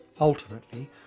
ultimately